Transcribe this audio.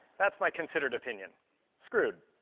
that's my considered opinion screwed.